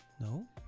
No